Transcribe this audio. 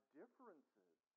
differences